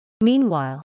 Meanwhile